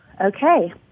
Okay